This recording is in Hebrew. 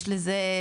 יש לזה,